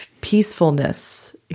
peacefulness